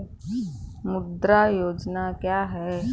मुद्रा योजना क्या है?